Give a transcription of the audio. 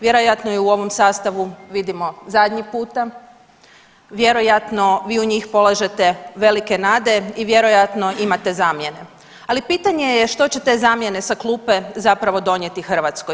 Vjerojatno je u ovom sastavu vidimo zadnji puta, vjerojatno vi u njih polažete velike nade i vjerojatno imate zamjene, ali pitanje je što će te zamjene sa klupe zapravo donijeti Hrvatskoj?